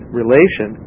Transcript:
relation